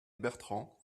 bertrand